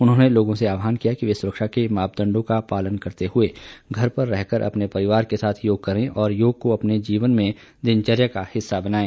उन्होंने लोगों से आहवान किया कि वे सुरक्षा के मापदंडों का पालन करते हुए घर पर रहकर अपने परिवार के साथ योग करें और योग को अपने जीवन में दिनचर्या का हिस्सा बनाएं